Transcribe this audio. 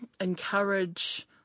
encourage